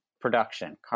production